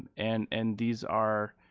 and and and these are,